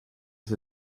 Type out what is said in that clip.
see